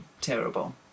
terrible